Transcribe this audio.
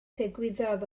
ddigwyddodd